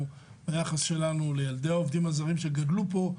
ביחס שלנו לילדי העובדים הזרים שגדלו פה,